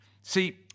See